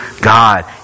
God